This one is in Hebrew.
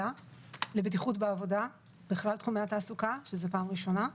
זו פעם ראשונה.